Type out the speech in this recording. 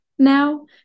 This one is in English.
now